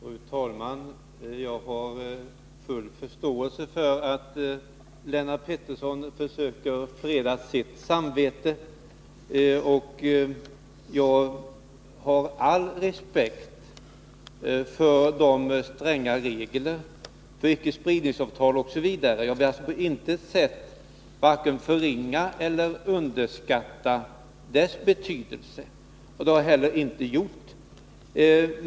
Fru talman! Jag har full förståelse för att Lennart Pettersson försöker freda sitt samvete. Jag har också all respekt för de stränga regler som finns i bl.a. icke-spridningsfördraget. Jag vill på intet sätt vare sig förringa eller underskatta dess betydelse. Det har jag inte heller gjort.